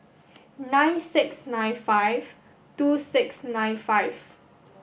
nine six nine five two six nine five